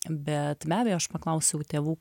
bet be abejo aš paklausiau tėvų